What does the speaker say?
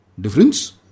difference